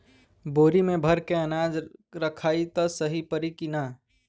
बोरी में भर के अनाज रखायी त सही परी की ना?